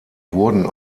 wurden